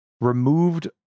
removed